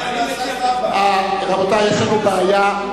רבותי, יש לנו בעיה.